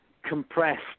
compressed